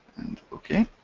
and okay.